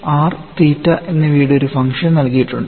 R തീറ്റ എന്നിവയുടെ ഒരു ഫംഗ്ഷൻ നൽകിയിട്ടുണ്ട്